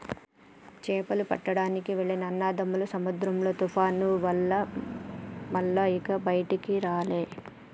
చేపలు పట్టడానికి వెళ్లిన అన్నదమ్ములు సముద్రంలో తుఫాను వల్ల మల్ల ఇక బయటికి రాలే